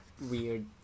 weird